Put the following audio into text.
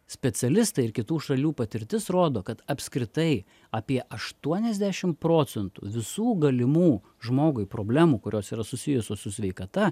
specialistai ir kitų šalių patirtis rodo kad apskritai apie aštuoniasdešim procentų visų galimų žmogui problemų kurios yra susijusios su sveikata